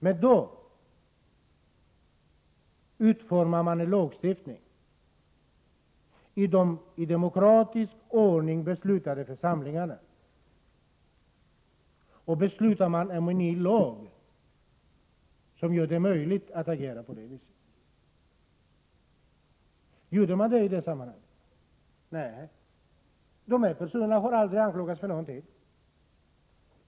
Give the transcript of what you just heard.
Men i demokratisk ordning utformas då i den beslutande församlingen en ny lag, som gör det möjligt att agera på det viset. Gjorde man så i detta sammanhang? Nej, dessa personer har aldrig anklagats för någonting.